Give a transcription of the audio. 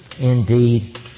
indeed